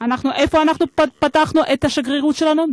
איפה אנחנו פתחנו את השגרירות שלנו?